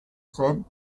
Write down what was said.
said